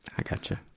i gotcha.